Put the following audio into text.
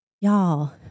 Y'all